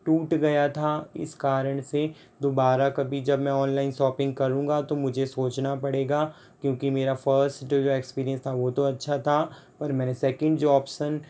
टूट गया था इस कारण से दोबारा कभी जब मैं अनलाइन सॉपिंग करूंगा तो मुझे सोचना पड़ेगा क्योंकि मेरा फर्स्ट इक्स्पीरीअन्स था वह तो अच्छा था पर मैंने सेकंड जो ऑप्सन